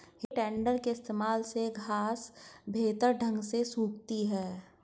है टेडर के इस्तेमाल से घांस बेहतर ढंग से सूखती है